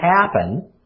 happen